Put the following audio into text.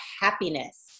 happiness